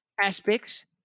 aspects